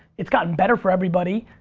it's gotten better for everybody,